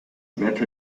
wetter